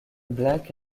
black